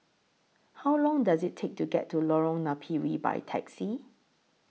How Long Does IT Take to get to Lorong Napiri By Taxi